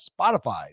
Spotify